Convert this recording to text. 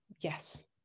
yes